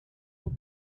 will